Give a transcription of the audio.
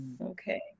Okay